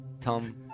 Tom